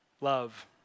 Love